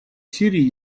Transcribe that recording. сирии